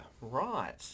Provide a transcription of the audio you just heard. Right